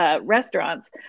restaurants